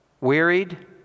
wearied